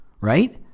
Right